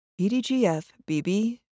PDGF-BB